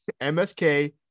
MSK